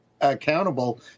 accountable